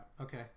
Okay